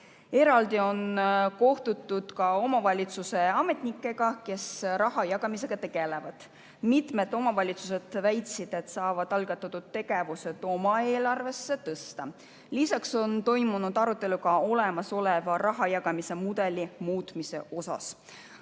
Eraldi on kohtutud omavalitsusametnikega, kes raha jagamisega tegelevad. Mitmed omavalitsused väitsid, et saavad algatatud tegevused oma eelarvesse tõsta. Lisaks on toimunud arutelu olemasoleva rahajagamise mudeli muutmise üle.